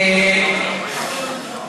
אוקיי, בבקשה.